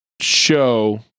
show